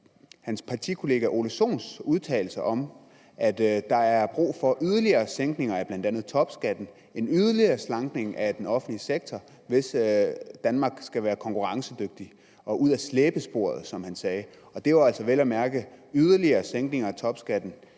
sin partikollega hr. Ole Sohns udtalelser om, at der er brug for yderligere sænkninger af bl.a. topskatten og en yderligere slankning af den offentlige sektor, hvis dansk økonomi skal være konkurrencedygtig og ud af slæbesporet, som han sagde. Det drejede sig jo altså vel at mærke om en yderligere sænkning af topskatten